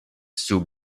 sub